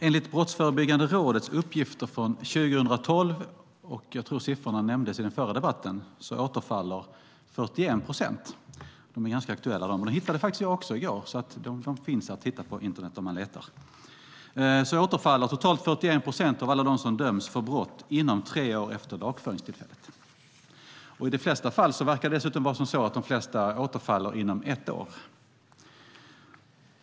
Enligt Brottsförebyggande rådets uppgifter från 2012 - jag tror att siffrorna nämndes i den förra debatten - återfaller 41 procent av alla dem som döms för brott inom tre år efter lagföringstillfället. Det är ganska aktuella siffror. Jag hittade dem i går; de finns att hitta på internet om man letar. I de flesta fall verkar dessutom återfallen komma inom ett år.